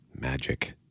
magic